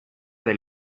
del